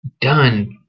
done